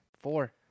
four